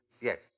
yes